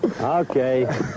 Okay